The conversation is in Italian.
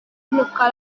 bloccò